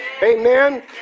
amen